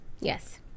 Yes